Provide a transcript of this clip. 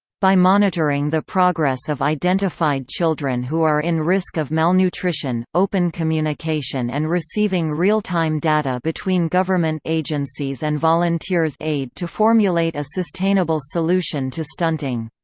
by monitoring the progress of identified children who are in risk of malnutrition, open communication and receiving real-time data between government agencies and volunteers aid to formulate a sustainable solution to stunting.